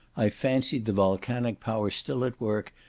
i fancied the volcanic power still at work,